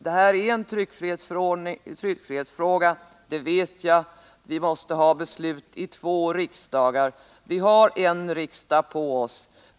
Detta är en tryckfrihetsfråga, det vet jag; vi måste ha beslut vid två riksmöten. Vi har ett riksmöte på oss.